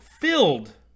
filled